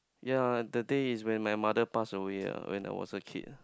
yea the day is when my mother passed away ah when I was a kid